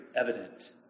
evident